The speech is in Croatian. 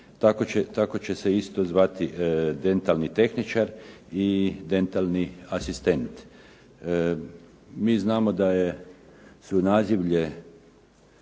Tako će se isto zvati dentalni tehničar i dentalni asistent. Mi znamo da je u nazivlje